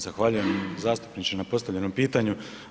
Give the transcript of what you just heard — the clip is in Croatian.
Zahvaljujem zastupniče na postavljenom pitanju.